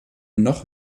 noch